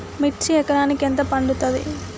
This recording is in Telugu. మిర్చి ఎకరానికి ఎంత పండుతది?